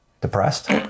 depressed